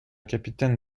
capitaine